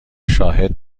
شاهدی